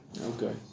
okay